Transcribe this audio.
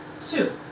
two